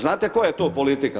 Znate koja je to politika?